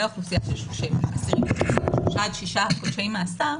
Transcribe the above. אוכלוסיית האסירים השפוטים מ-3 עד 6 חודשי מאסר,